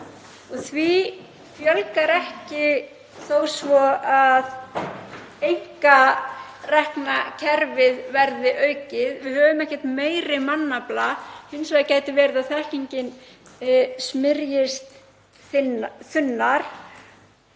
því fjölgar ekki þó svo að einkarekna kerfið verði aukið. Við höfum ekki meiri mannafla. Hins vegar gæti verið að þekkingin smyrjist þynnra.